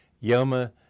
yama